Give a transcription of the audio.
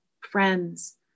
friends